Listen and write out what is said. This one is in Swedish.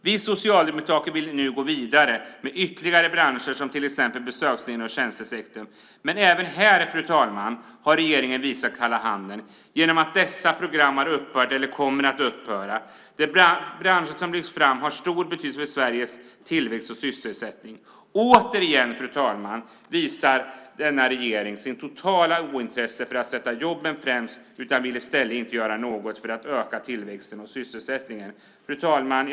Vi socialdemokrater vill nu gå vidare med ytterligare branscher, till exempel besöksnäringen och tjänstesektorn. Men även här, fru talman, har regeringen visat kalla handen genom att dessa program har upphört eller kommer att upphöra. De branscher som lyfts fram har stor betydelse för Sveriges tillväxt och sysselsättning. Återigen, fru talman, visar denna regering sitt totala ointresse för att sätta jobben främst - man vill inte göra något för att öka tillväxten och sysselsättningen. Fru talman!